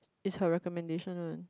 is her recommendation [one]